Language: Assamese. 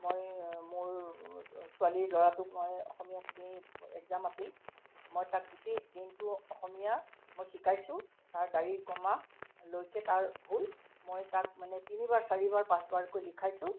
মই মোৰ ছোৱালী ল'ৰাটোক মই অসমীয়াখিনিৰ একজাম আছিল মই তাক গোটেই দিনটো অসমীয়া মই শিকাইছোঁ তাৰ দাৰি কমালৈকে তাৰ ভূল মই তাক মানে তিনিবাৰ চাৰিবাৰ পাঁচবাৰকৈ লিখাইছোঁ